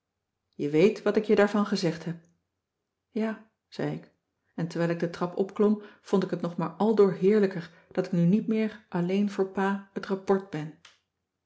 je weet wat ik je daarvan gezegd heb ja zei ik en terwijl ik de trap opklom vond ik het nog maar aldoor heerlijker dat ik nu niet meer alleen voor pa het rapport ben